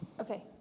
Okay